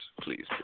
Please